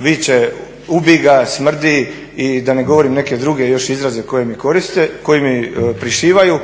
viče ubij ga, smrdi i da ne govorim neke druge još izraze koje mi prišivaju.